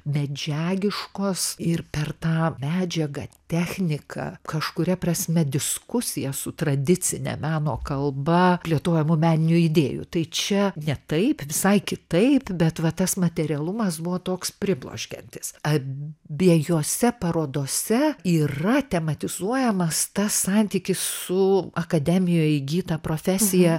medžiagiškos ir per tą medžiagą techniką kažkuria prasme diskusiją su tradicine meno kalba plėtojamų meninių idėjų tai čia ne taip visai kitaip bet va tas materialumas buvo toks pribloškiantis abiejose parodose yra tematizuojamas tas santykis su akademijoje įgyta profesija